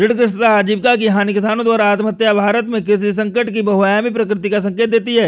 ऋणग्रस्तता आजीविका की हानि किसानों द्वारा आत्महत्याएं भारत में कृषि संकट की बहुआयामी प्रकृति का संकेत देती है